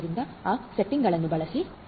ಆದ್ದರಿಂದ ಆ ಸೆಟ್ಟಿಂಗ್ಗಳನ್ನು ಬಳಸಿ